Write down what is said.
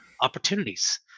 opportunities